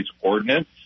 ordinance